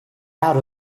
out